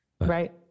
Right